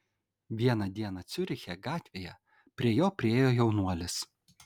vieną dieną ciuriche gatvėje prie jo priėjo jaunuolis